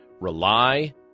rely